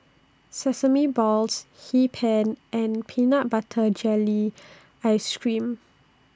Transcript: Sesame Balls Hee Pan and Peanut Butter Jelly Ice Cream